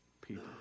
people